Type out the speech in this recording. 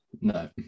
No